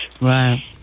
Right